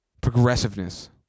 progressiveness